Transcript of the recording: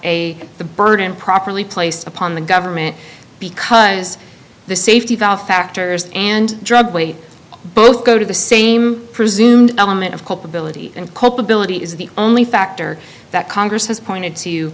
the burden properly placed upon the government because the safety valve factors and drug both go to the same presumed element of culpability and culpability is the only factor that congress has pointed to